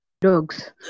dogs